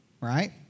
right